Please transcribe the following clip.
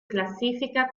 classifica